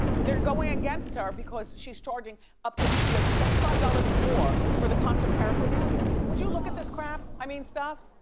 they're going against her because she's charging up to seventy five dollars and more for the concert paraphernalia. would you look at this crap? i mean stuff?